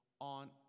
on